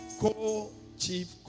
co-chief